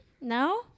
No